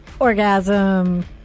orgasm